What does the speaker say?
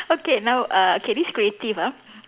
okay now uh K this creative ah